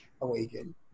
awaken